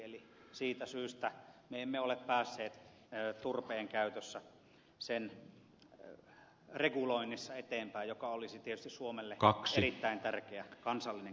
eli siitä syystä me emme ole päässeet eteenpäin turpeen käytön reguloinnissa joka olisi tietysti suomelle erittäin tärkeä kansallinen kysymys